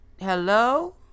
hello